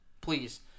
please